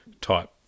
type